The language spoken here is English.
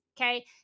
okay